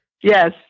Yes